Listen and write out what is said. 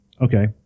Okay